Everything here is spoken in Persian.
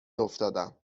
افتادم